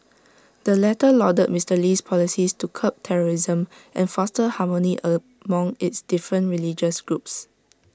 the latter lauded Mister Lee's policies to curb terrorism and foster harmony among its different religious groups